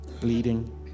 bleeding